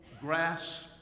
grass